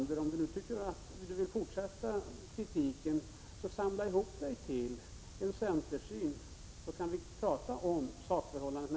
Men om Lennart Brunander vill fortsätta att föra fram kritik, försök då att få fram en samlad centersyn. Sedan kan vi prata om saken.